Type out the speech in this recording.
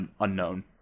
Unknown